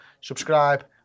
subscribe